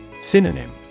Synonym